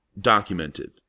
documented